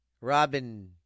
Robin